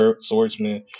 swordsman